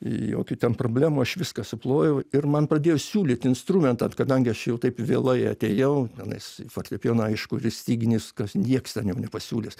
jokių ten problemų aš viską suplojau ir man pradėjo siūlyt instrumentą kadangi aš jau taip vėlai atėjau tenais į fortepijoną aišku į styginius kas nieks ten jau nepasiūlys